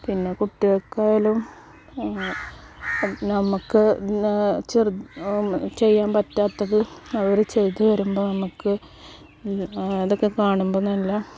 പിന്നെ കുട്ടികൾക്ക് ആയാലും നമ്മൾക്ക് ചെയ്യാൻ പറ്റാത്തത് അവർ ചെയ്തു വരുമ്പോൾ നമ്മൾക്ക് അതൊക്കെ കാണുമ്പോൾ നല്ല